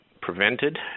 prevented